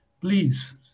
please